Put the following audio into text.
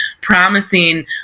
promising